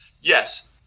Yes